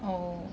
oh